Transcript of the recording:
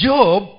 Job